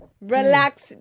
Relax